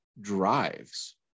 drives